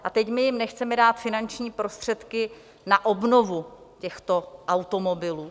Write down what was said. A teď my jim nechceme dát finanční prostředky na obnovu těchto automobilů.